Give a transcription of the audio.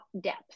depth